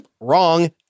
Wrong